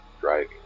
driving